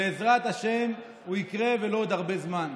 בעזרת השם, הוא יקרה, ולא עוד הרבה זמן.